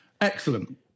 Excellent